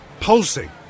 pulsing